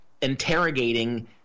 interrogating